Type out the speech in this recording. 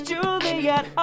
Juliet